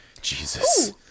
Jesus